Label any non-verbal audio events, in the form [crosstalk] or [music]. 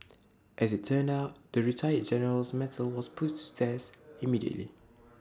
as IT turned out the retired general's mettle was [noise] put to the test immediately